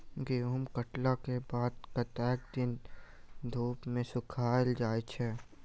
गहूम कटला केँ बाद कत्ते दिन धूप मे सूखैल जाय छै?